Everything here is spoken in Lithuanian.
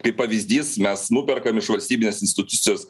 kaip pavyzdys mes nuperkam iš valstybinės institucijos